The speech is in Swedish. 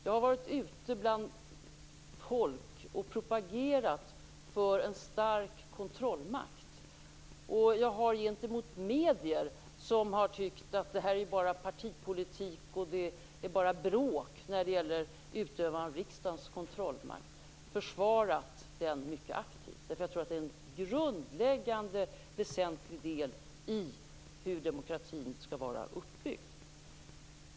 Jag har varit ute bland folk och propagerat för en stark kontrollmakt. Jag har också gentemot medier som har tyckt att utövandet av riksdagens kontrollmakt bara är partipolitik och bråk försvarat den mycket aktivt, därför att jag tror att det är en grundläggande, väsentlig del i hur demokratin skall vara uppbyggd.